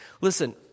Listen